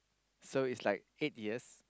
so it's like eight years